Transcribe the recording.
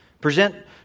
present